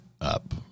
up